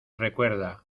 recuerda